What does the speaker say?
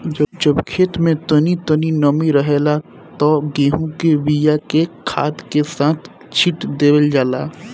जब खेत में तनी तनी नमी रहेला त गेहू के बिया के खाद के साथ छिट देवल जाला